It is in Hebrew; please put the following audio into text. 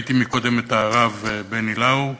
ראיתי קודם את הרב בני לאו,